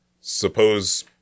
Suppose